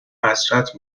حسرت